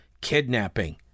kidnapping